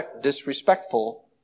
disrespectful